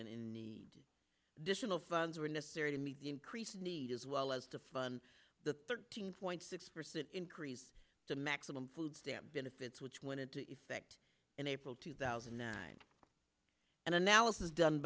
and in the additional funds were necessary to meet the increased need as well as to fund the thirteen point six percent increase the maximum food stamp benefits which went into effect in april two thousand and nine an analysis done